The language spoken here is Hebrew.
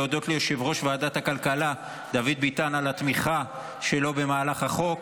להודות ליושב-ראש ועדת הכלכלה דוד ביטן על התמיכה שלו במהלך החוק,